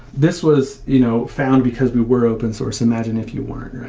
this was you know found because we were open source. imagine if you weren't.